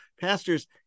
pastors